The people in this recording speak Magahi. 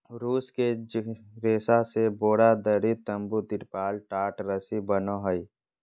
जुट के रेशा से बोरा, दरी, तम्बू, तिरपाल, टाट, रस्सी बनो हइ